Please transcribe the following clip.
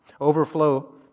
Overflow